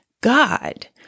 God